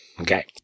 okay